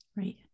Right